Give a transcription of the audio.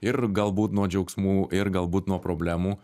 ir galbūt nuo džiaugsmų ir galbūt nuo problemų